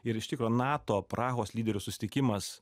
ir iš tikro nato prahos lyderių susitikimas